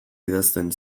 idazten